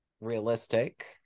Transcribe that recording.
realistic